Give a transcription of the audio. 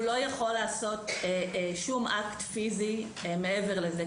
הוא לא יכול לעשות שום אקט פיזי מעבר לזה,